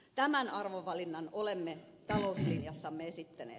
tämän arvovalinnan olemme talouslinjassamme esittäneet